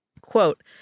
Quote